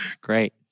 Great